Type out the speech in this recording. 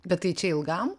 bet tai čia ilgam